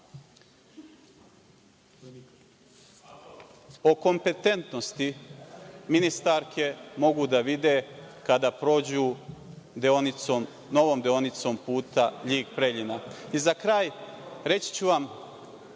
kompetentnosti ministarka mogu da vide kada prođu novom deonicom puta LJig-Preljina. Reći ću vam